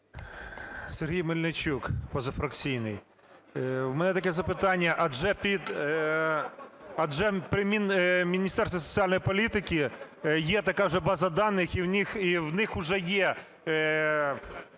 Сергій Мельничук, позафракційний. У мене таке запитання. Адже при Міністерстві соціальної політики є така вже база даних, і у них вже є